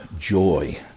Joy